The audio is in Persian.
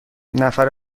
نفر